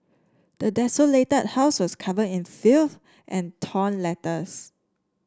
the desolated house was covered in filth and torn letters